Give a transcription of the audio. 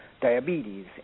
diabetes